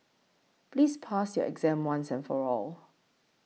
please pass your exam once and for all